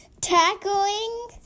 tackling